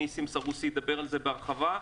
ניסים סרוסי ידבר על זה בהרחבה.